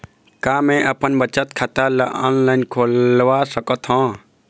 का मैं अपन बचत खाता ला ऑनलाइन खोलवा सकत ह?